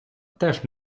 теж